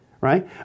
right